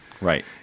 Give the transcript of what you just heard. Right